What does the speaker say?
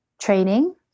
training